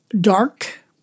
dark